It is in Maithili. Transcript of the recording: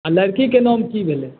आ लड़कीके नाम की भेलै